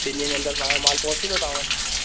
ॿिन ॾींहन जे अंदर तां यो माल पहुंची वेंदो तां वटि